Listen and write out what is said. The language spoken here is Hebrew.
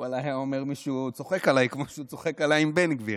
היה אומר: מישהו צוחק עליי כמו שהוא צוחק עליי עם בן גביר.